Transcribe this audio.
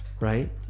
right